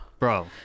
Bro